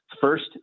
first